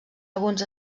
alguns